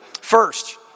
First